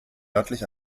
nördlich